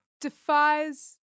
defies